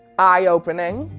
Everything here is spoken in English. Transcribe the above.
eye opening.